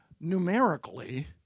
numerically